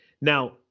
Now